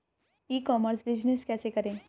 ई commerce business कैसे करें?